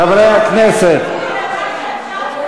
חבר הכנסת חזן, יש